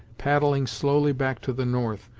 paddling slowly back to the north,